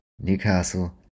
Newcastle